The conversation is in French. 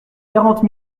quarante